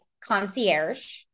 concierge